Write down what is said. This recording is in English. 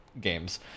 games